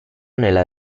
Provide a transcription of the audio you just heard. nella